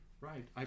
right